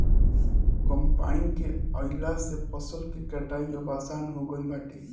combine के आइला से फसल के कटाई अब आसान हो गईल बाटे